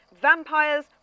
Vampires